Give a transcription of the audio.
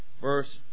Verse